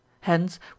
Hence